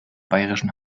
bayerischen